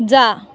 जा